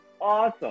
awesome